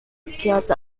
kyoto